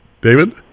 David